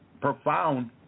profound